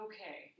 Okay